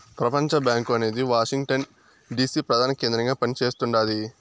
ప్రపంచబ్యాంకు అనేది Washington DC ప్రదాన కేంద్రంగా పని చేస్తుండాది